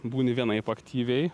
būni vienaip aktyviai